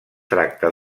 tracta